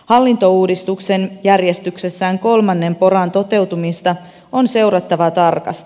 hallintouudistuksen järjestyksessään kolmannen poran toteutumista on seurattava tarkasti